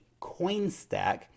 CoinStack